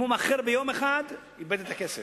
אם הוא מאחר ביום אחד, איבד את הכסף.